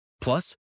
Plus